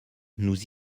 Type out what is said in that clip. nous